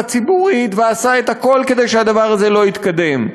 ציבורית ועשה את הכול כדי שהדבר הזה לא יתקדם,